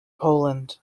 poland